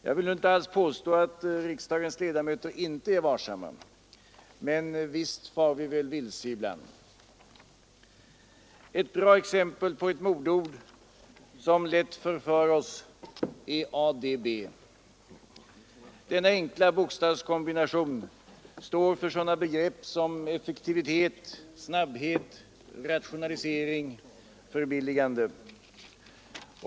Jag vill nu inte alls påstå att riksdagens ledamöter inte är vaksamma, men visst far vi väl vilse ibland. Ett bra exempel på ett modeord, som lätt förför oss, är ADB. Denna enkla bokstavskombination står för sådana begrepp som effektivitet, snabbhet, rationalisering, förbilligande.